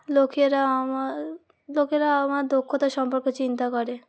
লোকেরা আমার লোকেরা আমার দক্ষতা সম্পর্কে চিন্তা করে